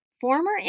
former